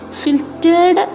filtered